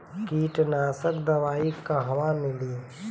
कीटनाशक दवाई कहवा मिली?